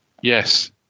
Yes